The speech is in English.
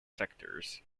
sectors